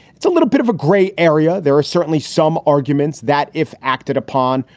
it's a little bit of a gray area. there are certainly some arguments that, if acted upon,